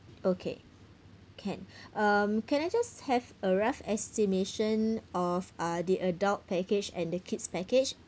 okay can um can I just have a rough estimation of uh the adult package and the kids' package